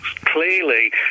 clearly